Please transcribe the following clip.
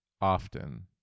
often